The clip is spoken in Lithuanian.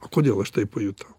kodėl aš tai pajutau